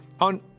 On